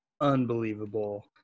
unbelievable